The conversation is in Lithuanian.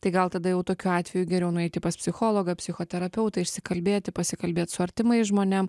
tai gal tada jau tokiu atveju geriau nueiti pas psichologą psichoterapeutą išsikalbėti pasikalbėt su artimais žmonėm